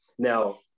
Now